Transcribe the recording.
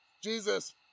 Jesus